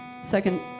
Second